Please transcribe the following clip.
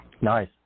Nice